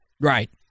Right